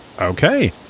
okay